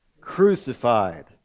Crucified